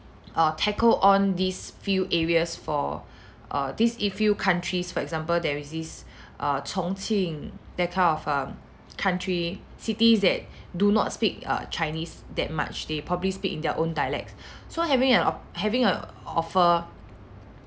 uh tackle on these few areas for uh these a few countries for example there is this uh chongqing that kind of uh country cities that do not speak uh chinese that much they probably speak in their own dialects so having an having an offer